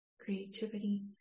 creativity